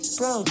bro